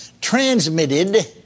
transmitted